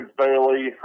Bailey